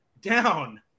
down